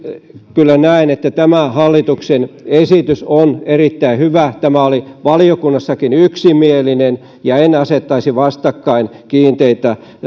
kyllä näen että tämä hallituksen esitys on erittäin hyvä tämä oli valiokunnassakin yksimielinen ja en asettaisi vastakkain kiinteitä